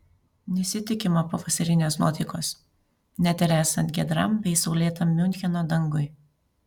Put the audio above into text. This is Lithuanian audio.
nesitikima pavasarinės nuotaikos net ir esant giedram bei saulėtam miuncheno dangui